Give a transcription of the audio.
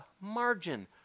margin